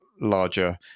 larger